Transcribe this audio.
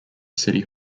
city